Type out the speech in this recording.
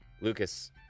Lucas